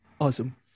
Awesome